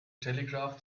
telegraph